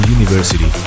University